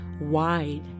wide